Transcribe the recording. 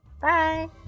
Bye